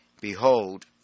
Behold